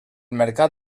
mercat